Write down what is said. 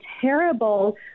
terrible